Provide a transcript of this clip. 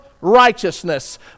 righteousness